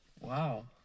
Wow